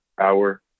hour